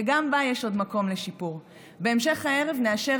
וגם בה יש עוד מקום לשיפור: בהמשך הערב נאשר